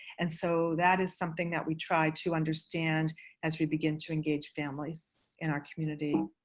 and so that is something that we try to understand as we begin to engage families in our community.